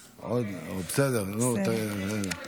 בסדר, נו.